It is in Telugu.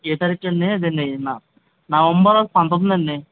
ఏ తారీఖండి అదండి నవంబర్ పంతొమ్మిదండి